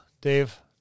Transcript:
Dave